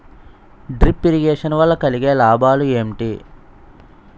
Drip irrigation వల్ల కలిగే లాభాలు ఏంటి?